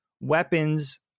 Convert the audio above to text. weapons